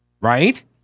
right